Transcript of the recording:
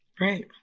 right